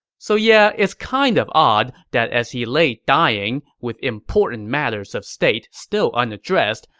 so yeah, it's kind of odd that as he lay dying with important matters of state still unaddressed,